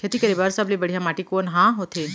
खेती करे बर सबले बढ़िया माटी कोन हा होथे?